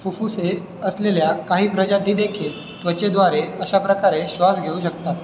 फुफ्फुसे असलेल्या काही प्रजातीदेखील त्वचेद्वारे अशा प्रकारे श्वास घेऊ शकतात